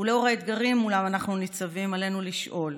ולאור האתגרים שמולם אנחנו ניצבים, עלינו לשאול